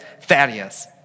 Thaddeus